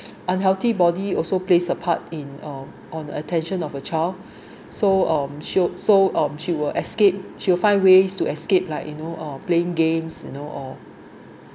unhealthy body also plays a part in uh on the attention of a child so um showed so um she will escape she'll find ways to escape like you know uh playing games you know or